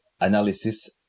analysis